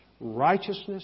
Righteousness